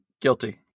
Guilty